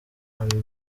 andi